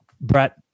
brett